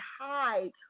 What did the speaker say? hide